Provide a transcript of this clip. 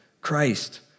Christ